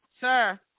sir